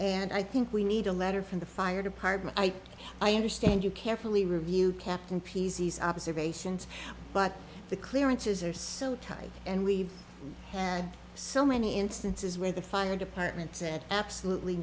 and i think we need a letter from the fire department i understand you carefully review captain p z observations but the clearances are so tight and we've had so many instances where the fire department said absolutely